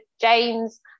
James